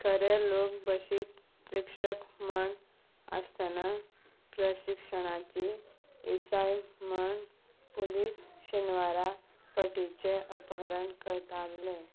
खरे लोक बशींत प्रेक्षक म्हूण आसतना प्रशिक्षणाची येसाय म्हूण पुलीस शेनवारा फटीचें अपहरण करताले